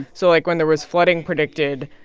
so, like, when there was flooding predicted,